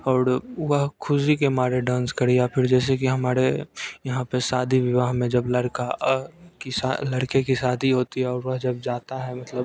और वह खुशी के मारे डांस करे फिर जैसे कि हमारे यहाँ पर शादी विवाह में जब लड़का और लड़के की शादी होती है और वह जब जाता है मतलब